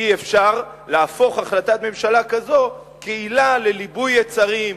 אי-אפשר להפוך החלטת ממשלה כזאת לעילה לליבוי יצרים,